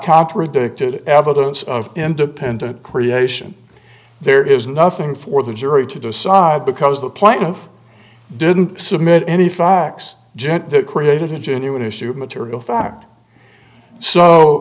contradicted evidence of independent creation there is nothing for the jury to decide because the plan of didn't submit any facts gente that created a genuine issue of material fact so